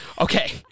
Okay